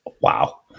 Wow